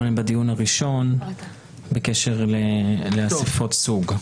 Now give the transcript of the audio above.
עליהן בדיון הראשון בקשר לאסיפות סוג.